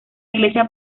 iglesia